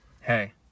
hey